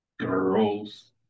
girls